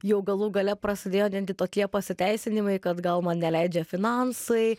jau galų gale prasidėjo netgi tokie pasiteisinimai kad gal man neleidžia finansai